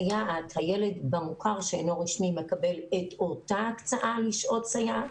הילד במוכר שאינו רשמי מקבל את אותה ההקצאה לשעות סייעת,